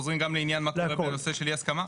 אנחנו חוזרים גם לעניין מה קורה בנושא של אי הסכמה?